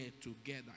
together